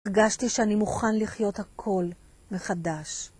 הרגשתי שאני מוכן לחיות הכל מחדש.